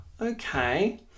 okay